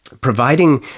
Providing